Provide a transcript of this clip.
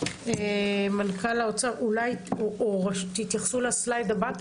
מנכ"ל האוצר, אולי תתייחס לשקופית הבאה.